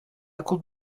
could